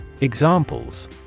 Examples